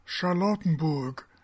Charlottenburg